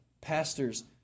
Pastors